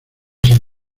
san